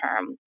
term